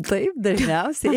taip dažniausiai